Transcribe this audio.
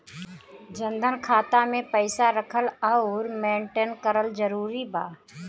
जनधन खाता मे पईसा रखल आउर मेंटेन करल जरूरी बा?